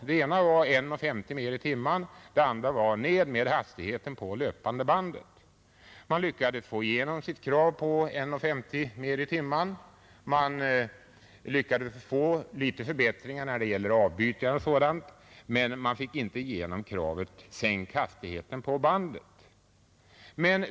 Det ena var 1:50 mer i timmen och det andra var: ned med hastigheten på löpande bandet! Man lyckades få igenom sitt krav på 1:50 mer i timmen och en del förbättringar när det gäller avbytare och sådant, men man fick inte igenom kravet om sänkt hastighet på bandet.